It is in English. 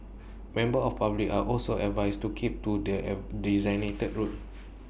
members of public are also advised to keep to the designated route